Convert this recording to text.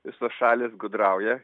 visos šalys gudrauja